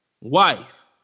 wife